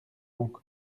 donc